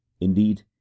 Indeed